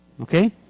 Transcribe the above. Okay